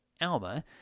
Alma